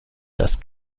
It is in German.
das